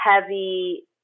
heavy